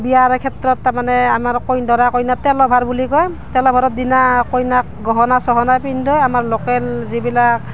বিয়াৰ ক্ষেত্ৰত তাৰমানে আমাৰ কই দৰা কইনাৰ তেলো ভাৰ বুলি কয় তেলো ভাৰৰ দিনা কইনাক গহনা চহনা পিন্ধায় আমাৰ লোকেল যিবিলাক